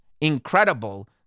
incredible